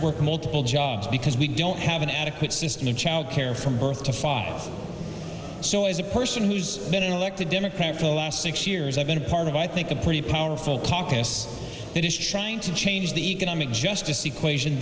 work multiple jobs because we don't have an adequate system of child care from birth to five so i as a person who's been elected democrat for last six years i've been a part of i think a pretty powerful talk this that is trying to change the economic justice equation